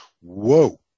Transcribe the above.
whoa